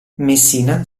messina